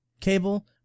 cable